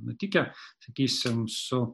nutikę sakysim su